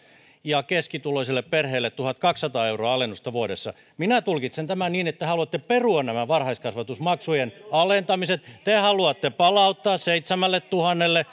ja keskituloisille perheille tuhatkaksisataa euroa alennusta vuodessa minä tulkitsen tämän niin että te haluatte perua nämä varhaiskasvatusmaksujen alentamiset te haluatte palauttaa seitsemälletuhannelle